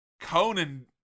Conan